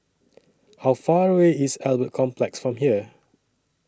How Far away IS Albert Complex from here